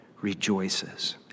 rejoices